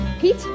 Pete